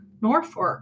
Norfolk